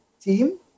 team